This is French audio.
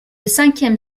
cinquième